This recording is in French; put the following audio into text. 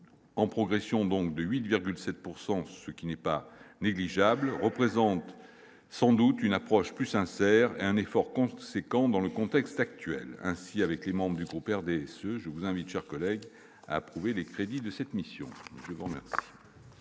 en progression donc de 8,7 pourcent ce qui n'est pas négligeable représente sans doute une approche plus sincère, un effort conséquent dans le contexte actuel ainsi avec les membres du groupe RDSE je vous invite, chers collègues, approuver les crédits de cette mission. Merci,